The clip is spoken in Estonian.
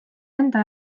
enda